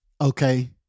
Okay